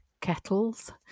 kettles